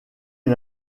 une